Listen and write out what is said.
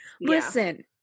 listen